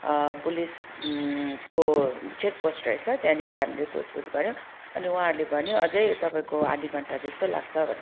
police को check post रहेछ त्यहाँनिर हामीले सोधपुछ गऱ्यौँ अनि उहाँहरूले भन्यो तपाईँको अझै आधा घन्टा जस्तै लाग्छ भन्यो